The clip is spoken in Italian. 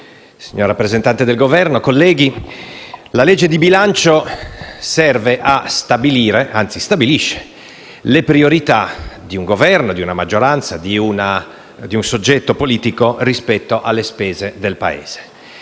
signor rappresentante del Governo, colleghi, la legge di bilancio stabilisce le priorità di un Governo, di una maggioranza, di un soggetto politico rispetto alle spese del Paese.